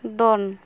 ᱫᱚᱱ